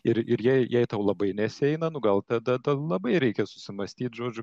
ir ir jei jei tau labai nesieina nu gal tada tada labai reikia susimąstyt žodžiu